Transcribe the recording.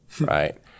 right